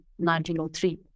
1903